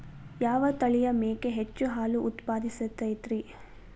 ಯಾವ ತಳಿಯ ಮೇಕೆ ಹೆಚ್ಚು ಹಾಲು ಉತ್ಪಾದಿಸತೈತ್ರಿ?